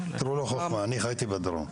לא חוכמה אני חייתי בדרום,